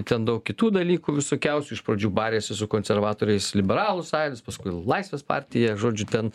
ten daug kitų dalykų visokiausių iš pradžių barėsi su konservatoriais liberalų sąjūdis paskui laisvės partija žodžiu ten